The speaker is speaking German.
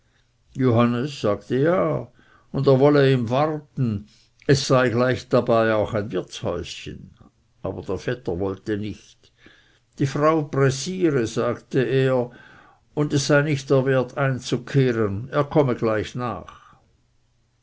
johannes sagte ja und er wolle ihm warten es sei gleich dabei auch ein wirtshäuschen aber der vetter wollte nicht die frau pressiere sagte er und es sei nicht der wert einzukehren er komme gleich nach